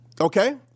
okay